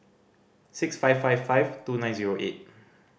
six five five five two nine zero eight